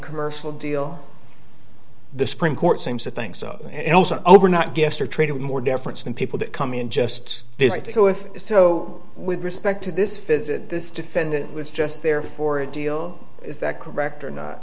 commercial deal the supreme court seems to think so and also over not gifts are treated more deference than people that come in just to go with it so with respect to this visit this defendant was just there for a deal is that correct or not